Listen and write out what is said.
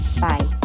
Bye